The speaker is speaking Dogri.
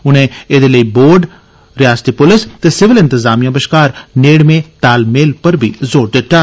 उनें एदे लेई बोर्ड रियासती पुलस ते सिविल इंतजामिया बश्कार नेड़में तालमेल पर बी ज़ोर दित्ता